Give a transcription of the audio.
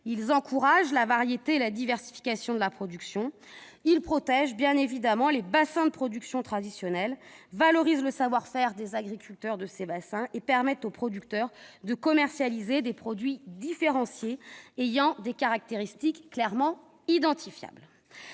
Ils favorisent la variété et la diversification de la production. Ils protègent bien évidemment les bassins de production traditionnels, valorisent le savoir-faire des agriculteurs, et permettent aux producteurs de commercialiser des produits différenciés ayant des caractéristiques clairement identifiables.